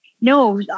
no